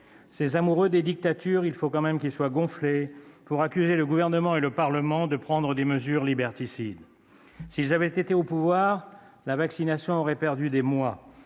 Ces amoureux des dictatures, il faut quand même qu'ils soient gonflés pour accuser le Gouvernement et le Parlement de prendre des mesures liberticides ! S'ils avaient été au pouvoir, la vaccination aurait perdu des mois